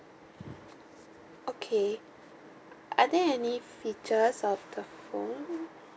okay are there any features of the phone